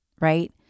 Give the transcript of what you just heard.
right